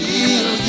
Feel